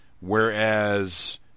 Whereas